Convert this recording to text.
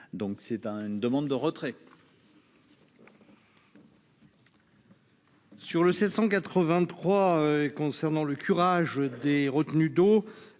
donc c'est un une demande de retrait. Sur le 783 concernant le curage des retenues d'eau,